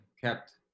kept